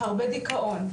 הרבה דיכאון,